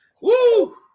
Woo